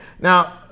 now